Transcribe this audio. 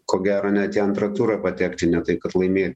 ko gero net į antrą turą patekti ne tai kad laimėt